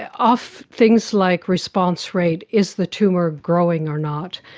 ah off things like response rate, is the tumour growing or not,